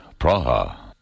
Praha